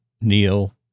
Neil